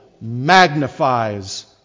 magnifies